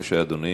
בבקשה, אדוני.